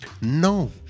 no